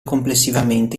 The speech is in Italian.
complessivamente